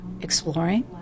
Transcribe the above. exploring